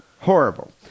Horrible